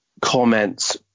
comments